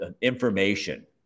information